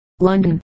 London